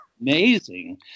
amazing